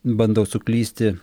bandau suklysti